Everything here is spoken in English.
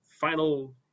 final